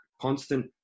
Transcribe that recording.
constant